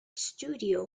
studio